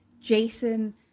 Jason